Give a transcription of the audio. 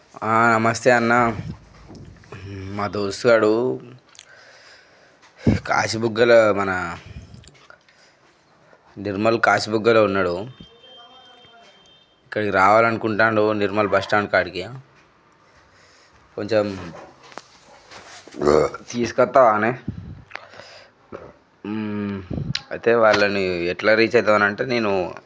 నమస్తే అన్నా మా దోస్తు గాడు కాశిబుగ్గలా మన నిర్మల్ కాశిబుగ్గలో ఉన్నాడు ఇక్కడికి రావాలి అనుకుంటానాడు నిర్మల్ బస్ స్టాండ్ కాడికి కొంచెం తీసుకొస్తావా అయితే వాళ్ళని ఎట్ల రీచ్ అవుతావు అంటే నేను